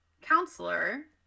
counselor